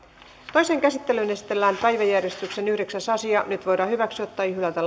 toiseen käsittelyyn esitellään päiväjärjestyksen kymmenes asia nyt voidaan hyväksyä tai hylätä